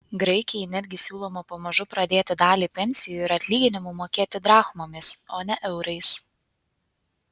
graikijai netgi siūloma pamažu pradėti dalį pensijų ir atlyginimų mokėti drachmomis o ne eurais